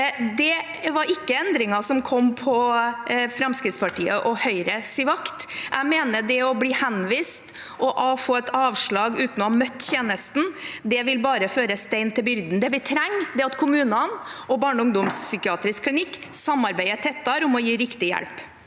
Det var ikke endringer som kom på Fremskrittspartiet og Høyres vakt. Jeg mener at det å bli henvist og få et avslag uten å ha møtt tjenesten, bare vil føre stein til byrden. Det vi trenger, er at kommunene og barne- og ungdomspsykiatriske klinikker samarbeider tettere om å gi riktig hjelp.